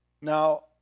Now